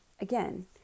again